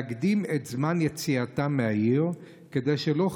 להקדים את זמן יציאתם מהעיר כדי שלא,